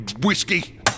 whiskey